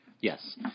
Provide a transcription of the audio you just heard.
Yes